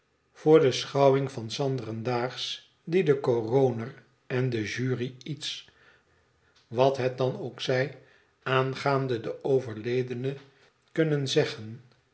voor de schouwing van s anderen daags die den c o r o n e r en de jury iets wat het dan ook zij aangaande den overledene kunnen zeggen